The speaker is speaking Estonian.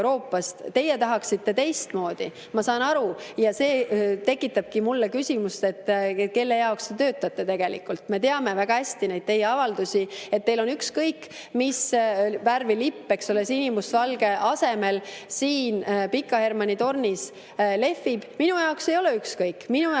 Teie tahaksite teistmoodi, ma saan aru, ja see tekitabki mulle küsimuse, kelle jaoks te töötate tegelikult. Me teame väga hästi neid teie avaldusi, et teil on ükskõik, mis värvi lipp sinimustvalge asemel siin Pika Hermanni tornis lehvib. Minu jaoks ei ole ükskõik. Minu jaoks on väga